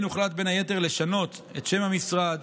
שבהן הוחלט, בין היתר, לשנות את שם המשרד.